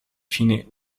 fine